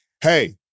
Hey